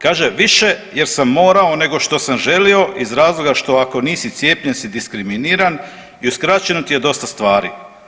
Kaže, više jer sam morao nego što sam želio, iz razloga što, ako nisi cijepljen si diskriminiran i uskraćeno ti je dosta stvari.